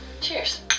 Cheers